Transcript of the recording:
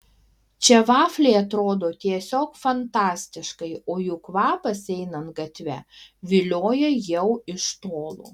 čia vafliai atrodo tiesiog fantastiškai o jų kvapas einant gatve vilioja jau iš tolo